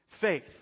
Faith